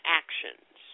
actions